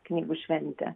knygų šventę